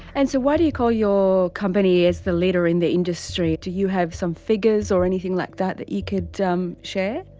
and so why do you call your company as the leader in the industry, do you have some figures or anything like that that you could share?